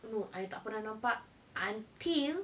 no I tak pernah nampak until